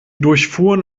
durchfuhren